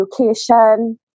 education